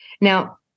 Now